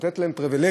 לתת להם "פריבילגיה"